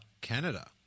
Canada